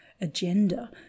agenda